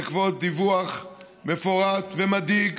בעקבות דיווח מפורט ומדאיג